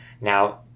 Now